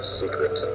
secret